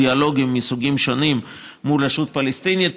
דיאלוגים מסוגים שונים עם הרשות הפלסטינית,